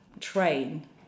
train